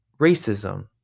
racism